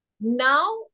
Now